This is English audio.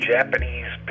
Japanese